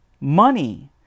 money